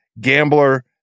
gambler